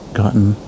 gotten